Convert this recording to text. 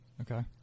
Okay